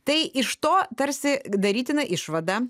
tai iš to tarsi darytina išvada